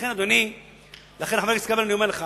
לכן, חבר הכנסת כבל, אני אומר לך